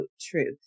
truth